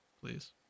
please